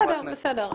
בסדר.